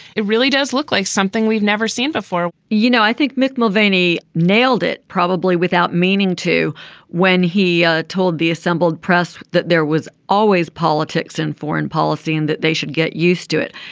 it really does look like something we've never seen before you know i think mick mulvaney nailed it probably without meaning to when he ah told the assembled press that there was always politics and foreign policy and that they should get used to it.